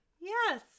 Yes